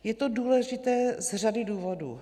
Je to důležité z řady důvodů.